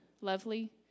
lovely